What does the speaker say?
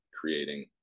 creating